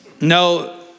No